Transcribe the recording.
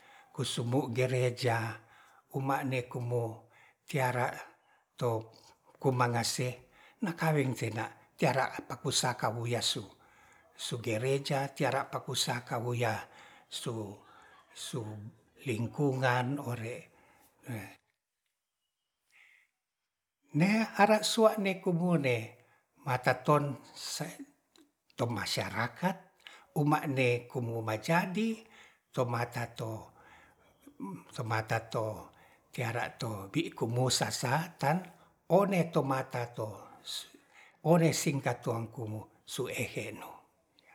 Kusumu gereja kuma'ne kumu tiara to komanase nakaweng sena tiara apaku saka wuyas su-su gereja tiara pakusaka woiyah su sulingkungan ore ne ara sua'ne kubune mata ton tomasyarakat uma'ne kumu majadi tomata to tiara to bi kumusasatan one tomata to ore singkat roang kumu ehe no